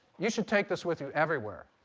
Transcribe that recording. you should take this with you everywhere.